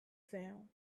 sound